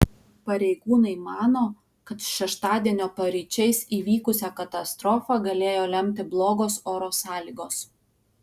pareigūnai mano kad šeštadienio paryčiais įvykusią katastrofą galėjo lemti blogos oro sąlygos